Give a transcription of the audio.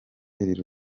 iri